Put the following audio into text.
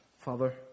Father